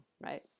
right